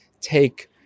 take